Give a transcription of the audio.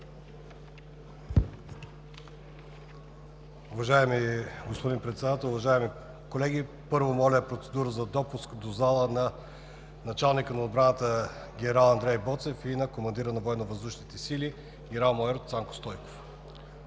Уважаеми господин Председател, уважаеми колеги! Първо, моля процедура за допуск до залата на началника на отбраната генерал Андрей Боцев и на командира на Военновъздушните сили генерал-майор Цанко Стойков.